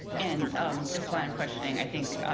and um this line of questioning i think